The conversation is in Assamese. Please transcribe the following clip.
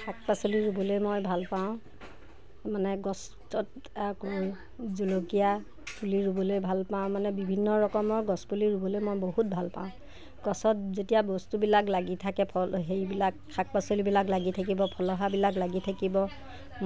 শাক পাচলি ৰুবলৈ মই ভাল পাওঁ মানে গছত আকৌ জলকীয়া পুলি ৰুবলৈ ভাল পাওঁ মানে বিভিন্ন ৰকমৰ গছপুলি ৰুবলৈ মই বহুত ভাল পাওঁ গছত যেতিয়া বস্তুবিলাক লাগি থাকে ফল হেৰিবিলাক শাক পাচলিবিলাক লাগি থাকিব ফলহাৰবিলাক লাগি থাকিব